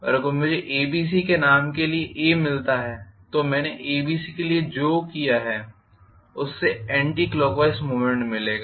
और अगर मुझे ABC के नाम के लिए A मिलता है तो मैंने ABC के लिए जो किया है उससे एंटी क्लॉकवाइज मूवमेंट मिलेगा